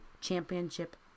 championship